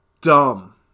dumb